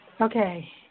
Okay